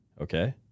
Okay